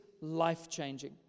life-changing